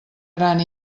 gran